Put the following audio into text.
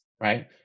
right